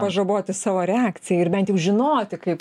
pažaboti savo reakciją ir bent jau žinoti kaip